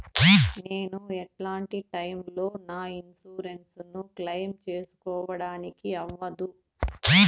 నేను ఎట్లాంటి టైములో నా ఇన్సూరెన్సు ను క్లెయిమ్ సేసుకోవడానికి అవ్వదు?